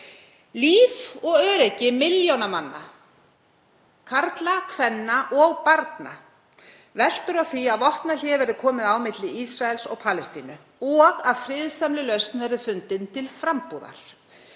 Líf og öryggi milljóna manna, karla, kvenna og barna, veltur á því að vopnahléi verði komið á á milli Ísraels og Palestínu og að friðsamleg lausn verði fundin til frambúðar.